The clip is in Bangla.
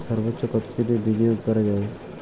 সর্বোচ্চ কতোদিনের বিনিয়োগ করা যায়?